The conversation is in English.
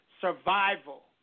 survival